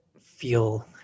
feel